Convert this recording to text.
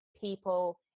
people